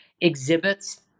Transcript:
exhibits